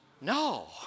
no